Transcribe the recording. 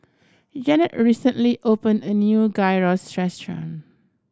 Janet recently opened a new Gyros Restaurant